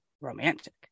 romantic